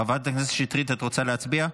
חברת הכנסת שטרית, את רוצה להצביע?